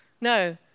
no